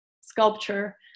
sculpture